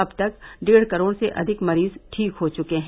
अब तक डेढ करोड से अधिक मरीज ठीक हो चुके हैं